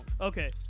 Okay